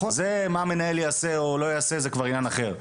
מה המנהל יעשה או לא יעשה זה כבר עניין אחר.